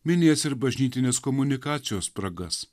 minės ir bažnytinės komunikacijos spragas